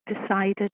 decided